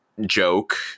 joke